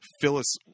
Phyllis